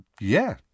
yeah